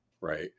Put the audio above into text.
right